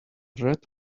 red